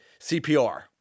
CPR